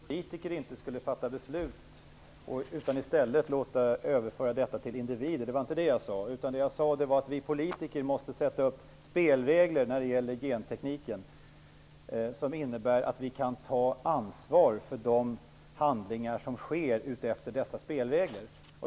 Fru talman! Jag sade inte att vi politiker inte skulle fatta beslut, utan i stället låta överföra detta till individerna. Det var inte det jag sade. Däremot sade jag att vi politiker måste sätta upp spelregler för gentekniken som innebär att vi kan ta ansvar för de handlingar som sker enligt dessa spelregler.